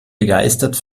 begeistert